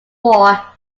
war